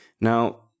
Now